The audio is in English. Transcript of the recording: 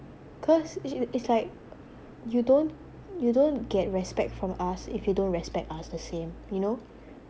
cause it~ it's like you don't you don't get respect from us if you don't respect us the same you know